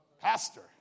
pastor